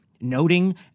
noting